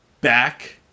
back